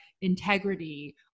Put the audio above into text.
integrity